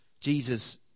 Jesus